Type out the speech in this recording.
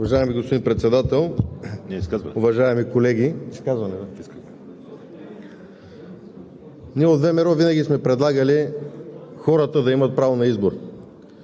Уважаеми господин Председател, уважаеми колеги! Ние от ВМРО винаги сме предлагали хората да имат право на избор